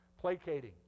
Placating